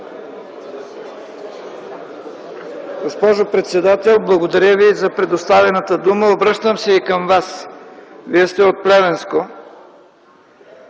Госпожо председател, благодаря Ви за предоставената дума. Обръщам се и към Вас: Вие сте от Плевенско.